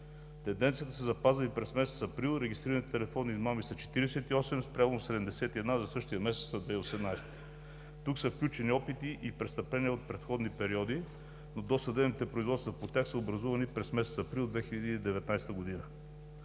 Тенденцията се запазва и през месец април. Регистрираните телефонни измами са 48, спрямо 71 за същия месец през 2018 г. Тук са включени опити и престъпления от предходни периоди, но досъдебните производства по тях са образувани през месец април 2019 г.